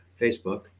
Facebook